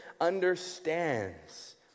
understands